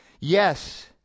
Yes